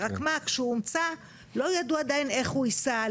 אלא שכאשר הוא הומצא לא ידעו עדיין איך הוא ייסע,